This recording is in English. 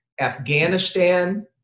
Afghanistan